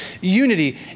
unity